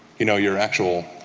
you know, your actual